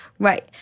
Right